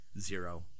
Zero